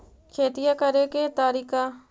खेतिया करेके के तारिका?